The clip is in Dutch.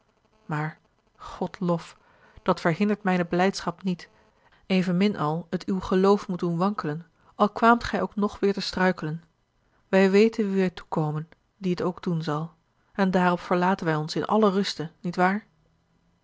maar godlof dat verhindert mijne blijdschap niet evenmin als het uw geloof moet doen wankelen al kwaamt gij ook nog weêr te struikelen wij weten wien wij toekomen die het ook doen zal en daarop verlaten wij ons in alle ruste niet waar